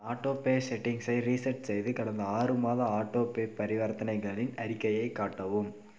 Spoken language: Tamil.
ஆட்டோபே செட்டிங்ஸை ரீசெட் செய்து கடந்த ஆறு மாத ஆட்டோபே பரிவர்த்தனைகளின் அறிக்கையை காட்டவும்